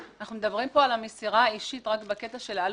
אנחנו מדברים פה על המסירה האישית רק בקטע של העלות,